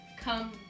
come